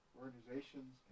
organizations